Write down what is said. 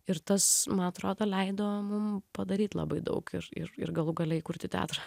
ir tas man atrodo leido mum padaryt labai daug ir ir ir galų gale įkurti teatrą